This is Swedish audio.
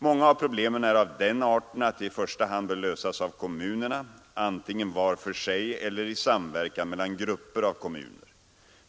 Många av problemen är av den arten att de i första hand bör lösas av kommunerna antingen var för sig eller i samverkan mellan grupper av kommuner.